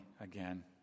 again